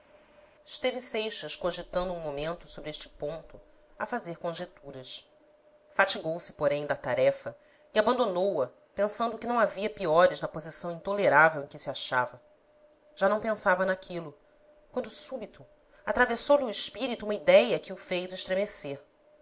esteve seixas cogitando um momento sobre este ponto a fazer conjeturas fatigou se porém da tarefa e abandonou a pensando que não havia piores na posição intolerável em que se achava já não pensava naquilo quando súbito atravessou-lhe o espírito uma idéia que o fez estremecer